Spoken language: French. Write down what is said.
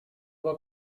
vois